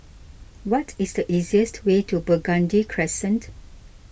what is the easiest way to Burgundy Crescent